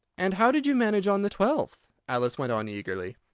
and how did you manage on the twelfth? alice went on eagerly.